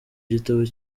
gitabo